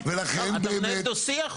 כלומר באים לכמה חודשים או לחצי שנה או